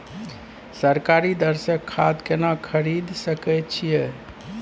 सरकारी दर से खाद केना खरीद सकै छिये?